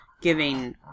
giving